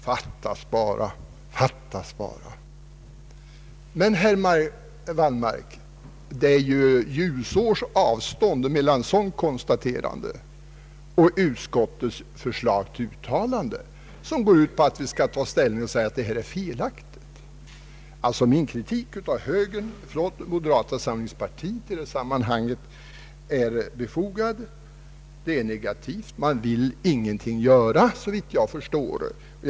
Fattas bara! Fattas bara! Men, herr Wallmark, det är ju ljusårs avstånd mellan ett sådant konstaterande och utskottets förslag till uttalande, vilket går ut på att vi skall ta ställning och säga att det nuvarande tillståndet är felaktigt. Min kritik mot moderata samlingspartiet i detta sammanhang är befogad. Dess ställning är negativ. Man vill såvitt jag förstår ingenting göra.